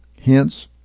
Hence